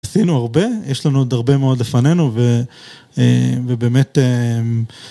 עשינו הרבה, יש לנו עוד הרבה מאוד לפנינו ובאמת...